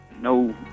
no